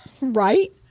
Right